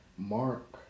Mark